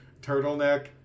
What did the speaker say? turtleneck